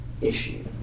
issue